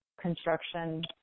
construction